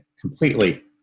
completely